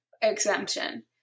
exemption